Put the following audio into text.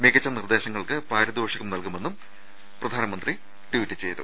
മികച്ച നിർദ്ദേ ശങ്ങൾക്ക് പാരിതോഷികം നൽകുമെന്നും നരേന്ദ്രമോദി ട്വീറ്റ് ചെയ്തു